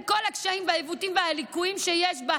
עם כל הקשיים והעיוותים והליקויים שיש בה,